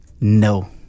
No